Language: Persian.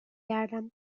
گردم